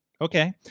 Okay